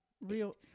real